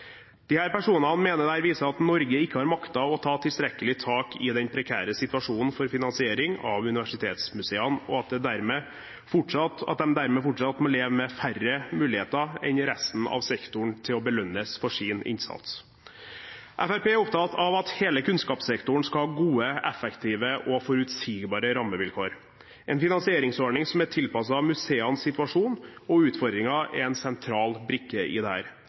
de dermed fortsatt må leve med færre muligheter enn resten av sektoren til å belønnes for sin innsats. Fremskrittspartiet er opptatt av at hele kunnskapssektoren skal ha gode, effektive og forutsigbare rammevilkår. En finansieringsordning som er tilpasset museenes situasjon og utfordringer, er en sentral brikke i dette. Her bør det